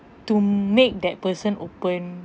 to make that person open